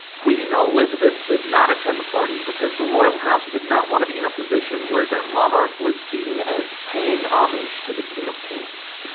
queen elizabeth did not attend the party because the royal house did not want to be in a position where their monarch was seen as paying homage to the king of the kings.